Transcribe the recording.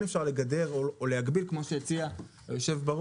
אפשר לגדר או להגביל כמו שהציע היושב-ראש.